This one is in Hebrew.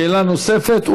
שאלה נוספת.